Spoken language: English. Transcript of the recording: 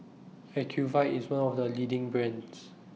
Ocuvite IS one of The leading brands